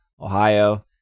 Ohio